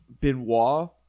Benoit